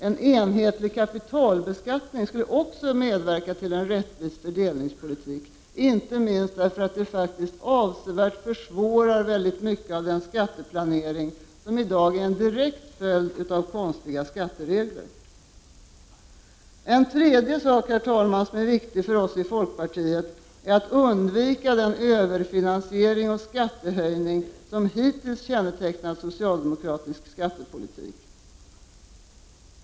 En enhetlig kapitalbeskattning skulle också medverka till en rättvis fördelningspolitik, inte minst för att det faktiskt avsevärt försvårar väldigt mycket av den skatteplanering som i dag är en direkt följd av konstiga skatteregler. En tredje sak, herr talman, som är viktig för oss i folkpartiet är att undvika den överfinansiering och skattehöjning som hittills kännetecknat socialdemokratisk skattepolitik.